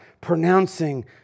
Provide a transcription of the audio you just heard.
pronouncing